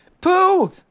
Pooh